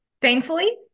Thankfully